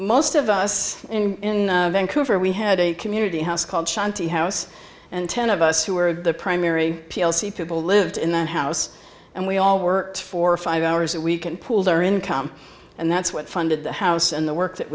most of us in vancouver we had a community house called shanty house and ten of us who were the primary p l c people lived in the house and we all worked for five hours a week and pooled our income and that's what funded the house and the work that